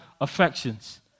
affections